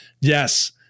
Yes